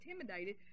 intimidated